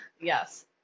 Yes